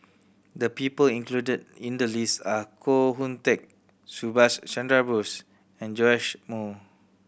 the people included in the list are Koh Hoon Teck Subhas Chandra Bose and Joash Moo